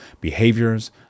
behaviors